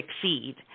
succeed